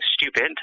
stupid